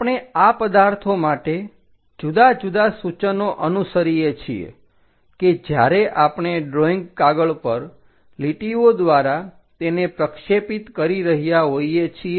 આપણે આ પદાર્થો માટે જુદા જુદા સૂચનો અનુસરીએ છીએ કે જ્યારે આપણે ડ્રોઈંગ કાગળ પર લીટીઓ દ્વારા તેને પ્રક્ષેપિત કરી રહ્યા હોઈએ છીએ